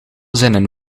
zinnen